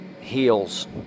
heals